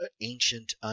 ancient